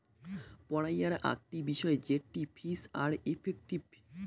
পড়াইয়ার আকটি বিষয় জেটটি ফিজ আর ইফেক্টিভ